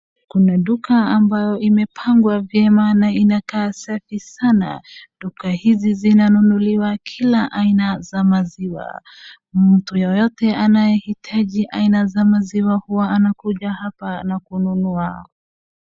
Kuna duka ambayo imepangwa vyema na inakaa safi sana. Duka hizi zinanunuliwa kila aina za maziwa. Mtu yoyote anayeitaji aina za maziwa huwa anakuja hapa na kununua.